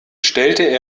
stellte